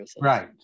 right